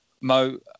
Mo